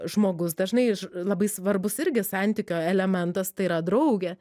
žmogus dažnai iš labai svarbus irgi santykio elementas tai yra draugė